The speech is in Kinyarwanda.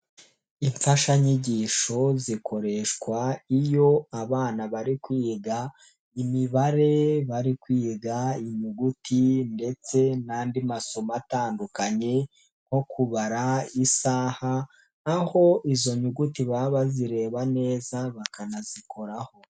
Imfashanyigisho zikoreshwa iyo abana bari kwiga imibare, bari kwiga inyuguti ndetse n'andi masomo atandukanye nko kubara isaha naho izo nyuguti baba bazireba neza bakanazikoraho.